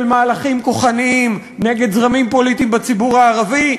של מהלכים כוחניים נגד זרמים פוליטיים בציבור הערבי,